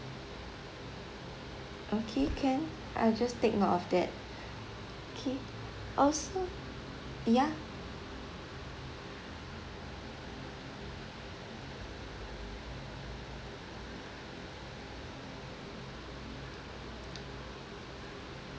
okay can I'll just take note of that okay also ya